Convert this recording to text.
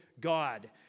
God